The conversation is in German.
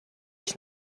ich